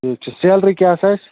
ٹھیٖک چھُ سیلری کیٛاہ آسہِ